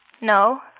No